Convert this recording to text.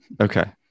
Okay